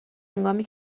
هنگامی